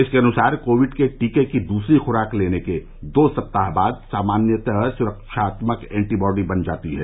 इसके अनुसार कोविड के टीके की दूसरी खुराक लेने के दो सप्ताह बाद सामान्यतया सुरक्षात्मक एंटी बॉडी बन जाती हैं